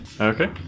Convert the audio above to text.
Okay